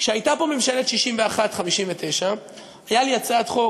כשהייתה פה ממשלת 59 61 הייתה לי הצעת חוק